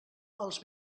els